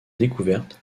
découverte